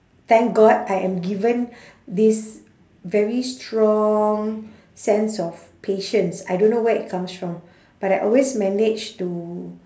thank god I am given this very strong sense of patience I don't know where it comes from but I always manage to